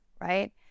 right